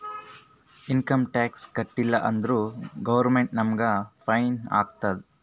income tax ಕಟ್ಟೀಲ ಅಂದುರ್ government ನಮುಗ್ ಫೈನ್ ಹಾಕ್ತುದ್